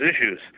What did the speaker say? issues